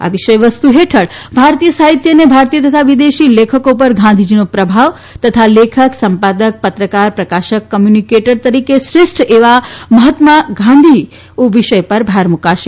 આ વિષય વસ્તુ હેઠળ ભારતીય સાહિત્ય અને ભારતીય તથા વિદેશી લેખકો પર ગાંધીજીનો પ્રભાવ તથા લેખક સંપાદક પત્રકાર પ્રકાશક કોમ્યુનિકેટર તરીકે શ્રેષ્ઠ એવા મહાત્મા ગાંધી વિષય પર વિશેષ ભાર મુકાશે